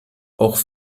auch